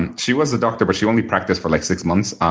and she was a doctor, but she only practiced for like six months. um